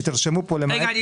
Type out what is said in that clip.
תרשמו פה למעט --- רגע,